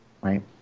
right